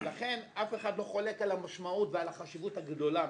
לכן אף אחד לא חולק על המשמעות ועל החשיבות הגדולה,